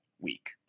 week